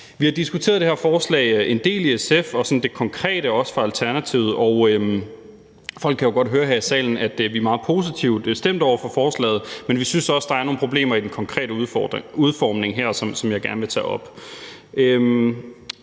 Vi har diskuteret det her forslag en del i SF, også det sådan konkrete fra Alternativet. Og folk her i salen kan jo godt høre, at vi er meget positivt stemt over for forslaget, men vi synes også, der er nogle problemer i den konkrete udformning her, som jeg gerne vil tage op.